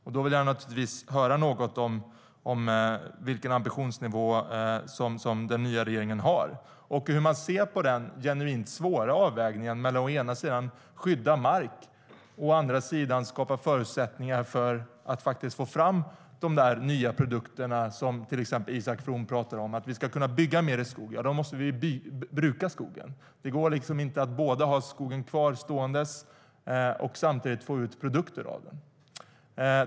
Därför vill jag naturligtvis höra vilken ambitionsnivå regeringen har och hur man ser på den genuint svåra avvägningen mellan å ena sidan att skydda mark och å andra sidan att skapa förutsättningar för att få fram de nya produkter som till exempel Isak From talade om. Om vi ska kunna bygga mer av skogsråvaran måste vi bruka skogen. Det går inte att både ha skogen kvar ståendes och samtidigt få ut produkter av den.